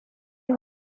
they